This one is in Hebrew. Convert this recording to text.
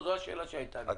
זאת השאלה שהייתה לי.